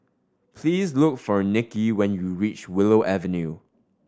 please look for Nicky when you reach Willow Avenue